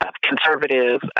Conservative